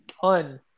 ton